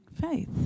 faith